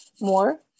more